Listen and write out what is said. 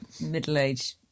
middle-aged